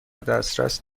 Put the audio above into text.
دسترس